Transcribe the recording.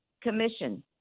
commission